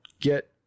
get